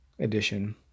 edition